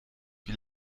wie